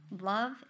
Love